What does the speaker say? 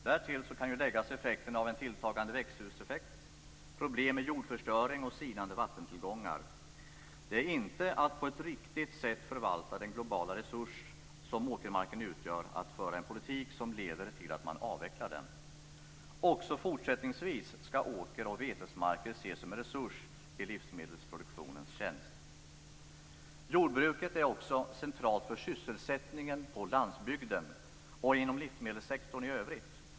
Därtill kan läggas effekterna av en tilltagande växthuseffekt, problem med jordförstöring och sinande vattentillgångar. Det är inte att på ett riktigt sätt förvalta den globala resurs som åkermarken utgör att föra en politik som leder till att den avvecklas. Också fortsättningsvis skall åker och betesmarker ses som en resurs i livsmedelsproduktionens tjänst. Jordbruket är också centralt för sysselsättningen på landsbygden och inom livsmedelssektorn i övrigt.